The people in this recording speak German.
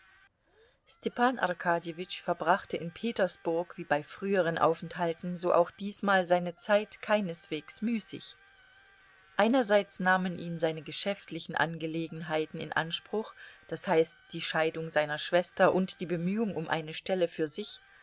arkadjewitsch verbrachte in petersburg wie bei früheren aufenthalten so auch diesmal seine zeit keineswegs müßig einerseits nahmen ihn seine geschäftlichen angelegenheiten in anspruch das heißt die scheidung seiner schwester und die bemühung um eine stelle für sich